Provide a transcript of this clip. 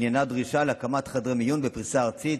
עניינה דרישה להקמת חדרי מיון בפריסה ארצית